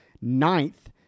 ninth